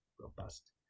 Robust